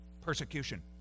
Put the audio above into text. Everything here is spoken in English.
persecution